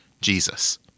Jesus